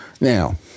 Now